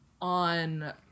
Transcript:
on